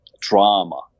drama